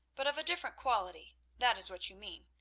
but of a different quality that is what you mean.